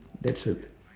that's a